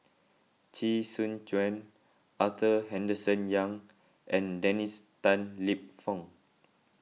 Chee Soon Juan Arthur Henderson Young and Dennis Tan Lip Fong